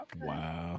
wow